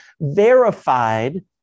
Verified